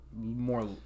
more